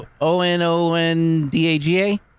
O-N-O-N-D-A-G-A